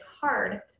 hard